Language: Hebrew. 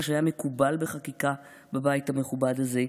שהיה מקובל בחקיקה בבית המכובד הזה.